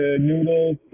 noodles